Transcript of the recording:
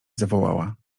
zawołała